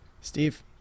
Steve